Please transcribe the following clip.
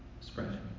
Spread